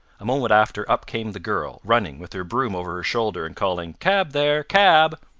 a moment after, up came the girl, running, with her broom over her shoulder, and calling, cab, there! cab!